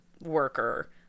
worker